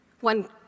One